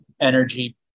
energy